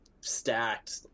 Stacked